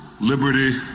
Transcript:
liberty